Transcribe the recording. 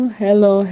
hello